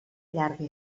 llarga